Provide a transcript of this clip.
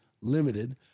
limited